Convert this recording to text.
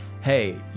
hey